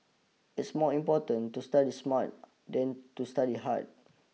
it's more important to study smart than to study hard